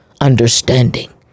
understanding